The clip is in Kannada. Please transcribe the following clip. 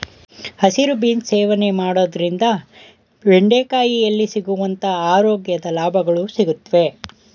ಹಸಿರು ಬೀನ್ಸ್ ಸೇವನೆ ಮಾಡೋದ್ರಿಂದ ಬೆಂಡೆಕಾಯಿಯಲ್ಲಿ ಸಿಗುವಂತ ಆರೋಗ್ಯದ ಲಾಭಗಳು ಸಿಗುತ್ವೆ